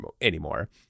anymore